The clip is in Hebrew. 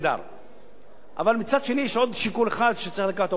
אבל מצד שני יש עוד שיקול אחד שצריך להביא אותו בחשבון: אנשי